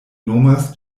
nomas